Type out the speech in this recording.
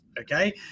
okay